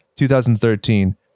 2013